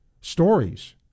stories